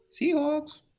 Seahawks